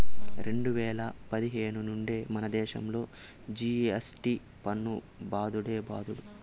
రెండు వేల పదిహేను నుండే మనదేశంలో జి.ఎస్.టి పన్ను బాదుడే బాదుడు